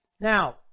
Now